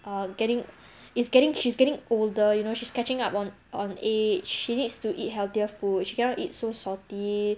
uh getting is getting she's getting older you know she's catching up on on age she needs to eat healthier food she cannot eat so salty